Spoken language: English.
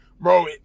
bro